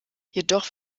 jedoch